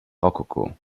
rokoko